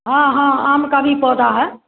हाँ हाँ आम का भी पौधा है